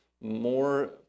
more